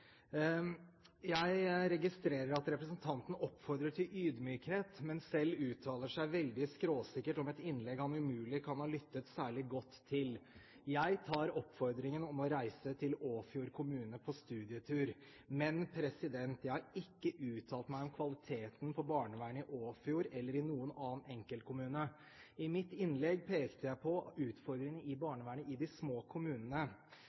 Jeg registrerer at representanten oppfordrer til ydmykhet, men selv uttaler seg veldig skråsikkert om et innlegg han umulig kan ha lyttet særlig godt til. Jeg tar oppfordringen om å reise til Åfjord kommune på studietur, men jeg har ikke uttalt meg om kvaliteten på barnevernet i Åfjord eller i noen annen enkeltkommune. I mitt innlegg pekte jeg på utfordringen i barnevernet i de små kommunene.